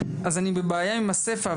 אז אני בבעיה עם הסיפה,